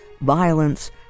violence